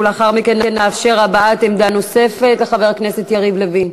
ולאחר מכן נאפשר הבעת עמדה נוספת לחבר הכנסת יריב לוין.